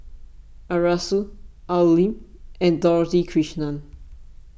Arasu Al Lim and Dorothy Krishnan